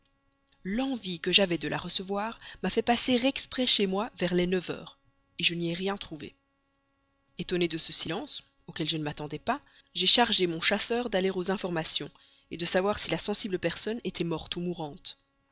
l'envie que j'avais de la recevoir m'a fait passer exprès chez moi vers les neuf heures je n'y ai rien trouvé etonné de ce silence auquel je ne m'attendais pas j'ai chargé mon chasseur d'aller aux informations de savoir si la sensible personne était morte ou mourante